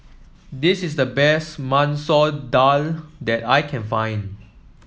this is the best Masoor Dal that I can find